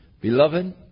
Beloved